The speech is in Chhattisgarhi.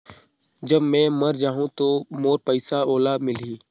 जब मै मर जाहूं तो मोर पइसा ओला मिली?